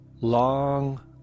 long